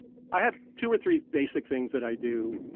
i have two or three basic things that i do.